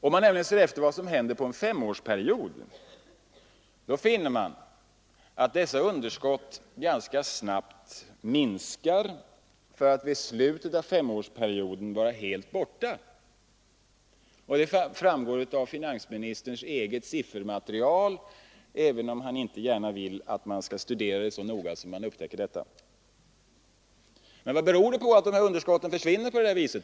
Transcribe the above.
Om man ser efter vad som händer på en femårsperiod, finner man att detta underskott ganska knappt minskar för att till slutet av femårsperioden vara helt borta. Detta framgår av finansministerns eget siffermaterial, även om han inte gärna vill att man skall studera det så noga att man upptäcker det. Men vad beror det på att underskotten så snabbt försvinner?